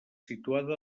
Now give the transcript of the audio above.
situada